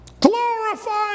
Glorifying